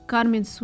Carmen